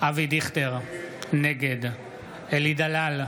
אבי דיכטר, נגד אלי דלל,